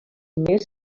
més